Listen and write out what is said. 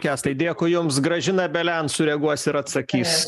kęstai dėkui jums gražina belian sureaguos ir atsakys